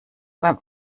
beim